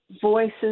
voices